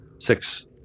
six